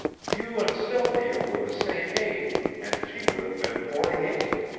you and sylvia were the same age, and she would have been forty-eight.